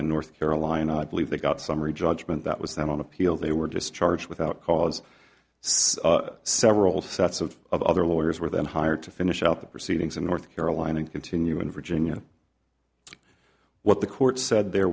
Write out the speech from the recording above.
in north carolina i believe they got summary judgment that was that on appeal they were just charge without cause so several sets of other lawyers were then hired to finish out the proceedings in north carolina and continue in virginia what the court said the